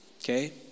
okay